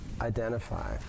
identify